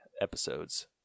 episodes